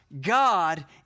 God